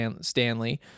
stanley